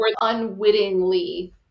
unwittingly